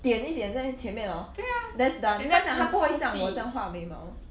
点一点在前面 orh that's done 她讲她不会像我这样画眉毛